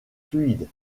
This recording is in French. fluide